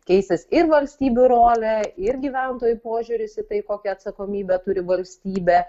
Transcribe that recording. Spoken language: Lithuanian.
keisis ir valstybių rolė ir gyventojų požiūris į tai kokią atsakomybę turi valstybė